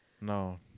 No